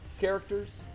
characters